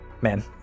Man